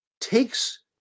takes